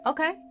Okay